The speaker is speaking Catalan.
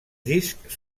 discs